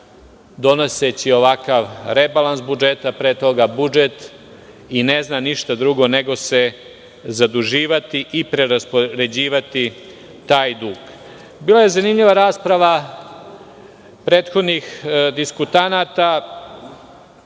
donoseći ovakav rebalans budžeta, pre toga budžet i ne zna ništa drugo nego se zaduživati i preraspoređivati taj dug. Bila je zanimljiva rasprava prethodnih diskutanata